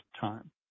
time